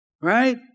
Right